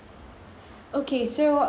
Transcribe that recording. okay so uh